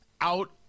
out